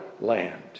land